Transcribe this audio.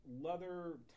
leather